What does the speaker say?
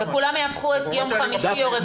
וכולם יהפכו את יום רביעי או חמישי לשבת.